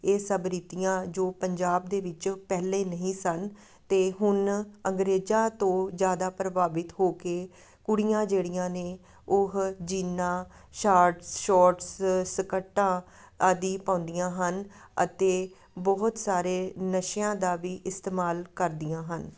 ਇਹ ਸਭ ਰੀਤੀਆਂ ਜੋ ਪੰਜਾਬ ਦੇ ਵਿੱਚ ਪਹਿਲੇ ਨਹੀਂ ਸਨ ਅਤੇ ਹੁਣ ਅੰਗਰੇਜ਼ਾਂ ਤੋਂ ਜ਼ਿਆਦਾ ਪ੍ਰਭਾਵਿਤ ਹੋ ਕੇ ਕੁੜੀਆਂ ਜਿਹੜੀਆਂ ਨੇ ਉਹ ਜੀਨਾ ਸ਼ਾਰਟਸ ਛੋਟਸ ਸਕਰਟਾਂ ਆਦਿ ਪਾਉਂਦੀਆਂ ਹਨ ਅਤੇ ਬਹੁਤ ਸਾਰੇ ਨਸ਼ਿਆਂ ਦਾ ਵੀ ਇਸਤੇਮਾਲ ਕਰਦੀਆਂ ਹਨ